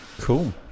cool